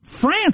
France